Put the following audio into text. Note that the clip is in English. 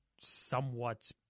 somewhat